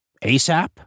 asap